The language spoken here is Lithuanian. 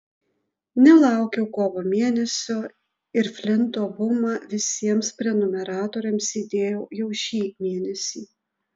nelaukiau kovo mėnesio ir flinto bumą visiems prenumeratoriams įdėjau jau šį mėnesį